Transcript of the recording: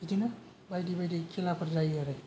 बिदिनो बायदि बायदि खेलाफोर जायो आरो